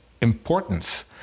importance